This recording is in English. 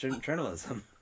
journalism